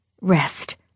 Rest